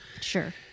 Sure